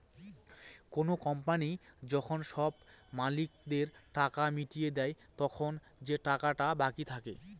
কোনো কোম্পানি যখন সব মালিকদের টাকা মিটিয়ে দেয়, তখন যে টাকাটা বাকি থাকে